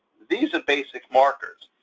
these are basic markers,